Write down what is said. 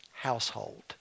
household